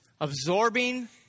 absorbing